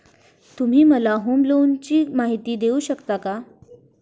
तुम्ही मला होम लोनची माहिती देऊ शकता का?